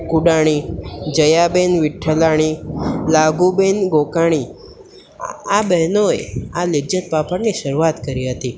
કુંડાણી જયા બેન વિઠલાણી લાગુ બેન ગોકાણી આ બહેનોએ આ લિજ્જત પાપડની શરૂઆત કરી હતી